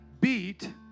beat